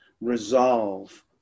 resolve